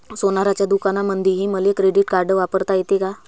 सोनाराच्या दुकानामंधीही मले क्रेडिट कार्ड वापरता येते का?